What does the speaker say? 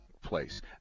Place